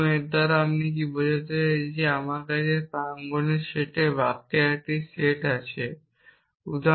আমি এর দ্বারা কি বোঝাতে চাই যে আমার কাছে প্রাঙ্গনের সেটে বাক্যের একটি সেট থাকে